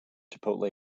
chipotle